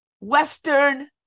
western